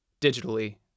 digitally